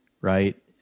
right